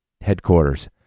headquarters